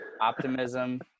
Optimism